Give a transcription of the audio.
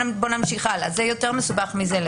מסובך.